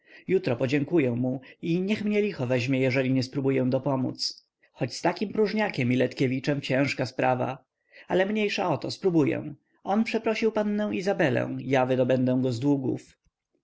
jutro podziękuję mu i niech mnie licho weźmie jeżeli nie spróbuję dopomódz choć z takim próżniakiem i letkiewiczem ciężka sprawa ale mniejsza o to spróbuję on przeprosił pannę izabelę ja wydobędę go z długów